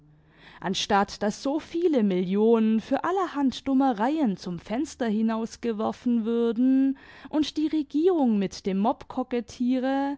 anstatt daß so viele millionen für allerhand dummereien zum fenster hinausgeworfen würden und die regierung mit dem